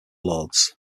lords